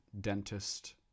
dentist